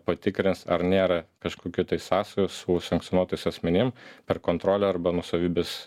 patikrins ar nėra kažkokių tai sąsajų su sankcionuotais asmenim per kontrolę arba nuosavybės